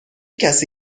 کسی